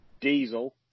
Diesel